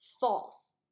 false